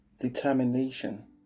Determination